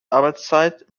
arbeitszeit